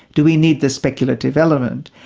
do we need this speculative element?